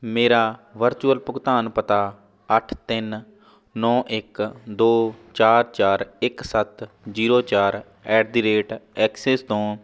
ਮੇਰਾ ਵਰਚੁਅਲ ਭੁਗਤਾਨ ਪਤਾ ਅੱਠ ਤਿੰਨ ਨੌ ਇੱਕ ਦੋ ਚਾਰ ਚਾਰ ਇੱਕ ਸੱਤ ਜ਼ੀਰੋ ਚਾਰ ਐਟ ਦੀ ਰੇਟ ਐਕਸਿਸ ਤੋਂ